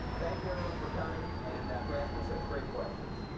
thank you everyone for coming and for asking such great questions.